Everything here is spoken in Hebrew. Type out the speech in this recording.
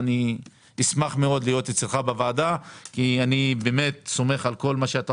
אני אשמח מאוד להיות אצלך בוועדה כי אני סומך על כל מה שאתה